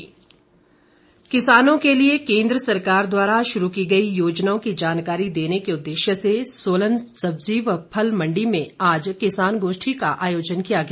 वीरेंद्र कश्यप किसानों के लिए केंद्र सरकार द्वारा शुरू की गई योजनाओं की जानकारी देने के उदेश्य से सोलन सब्जी व फल मंडी में आज किसान गोष्ठी का आयोजन किया गया